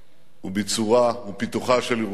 וביצורה ופיתוחה של ירושלים